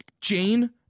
Jane